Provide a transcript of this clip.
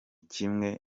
kimwe